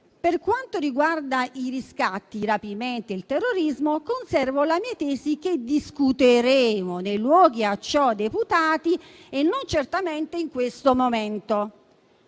Per quanto riguarda i riscatti, i rapimenti e il terrorismo, conservo le mie tesi che discuteremo nei luoghi a ciò deputati, e non certamente in questo momento».